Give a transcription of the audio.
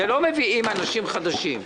לא מביאים אנשים חדשים.